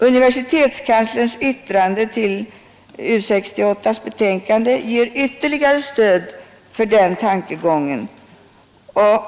Universitetskanslerns yttrande till U 68: betänkande ger ytterligare stöd för den tankegången.